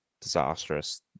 disastrous